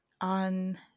on